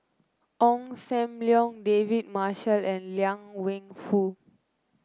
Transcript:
Ong Sam Leong David Marshall and Liang Wenfu